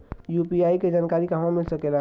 UPI के जानकारी कहवा मिल सकेले?